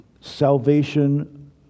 Salvation